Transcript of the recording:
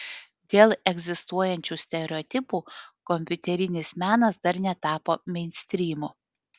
dėl egzistuojančių stereotipų kompiuterinis menas dar netapo meinstrymu